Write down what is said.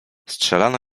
strzelano